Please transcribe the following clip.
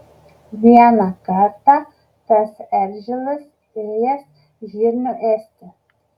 vieną kartą tas eržilas ėjęs žirnių ėsti